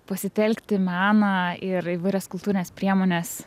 pasitelkti meną ir įvairias kultūrines priemones